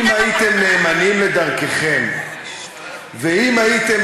כי אם הייתם נאמנים לדרככם ואם הייתם